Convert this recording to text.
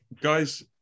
guys